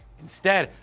instead,